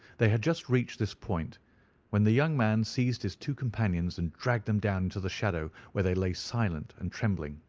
they had just reached this point when the young man seized his two companions and dragged them down into the shadow, where they lay silent and trembling.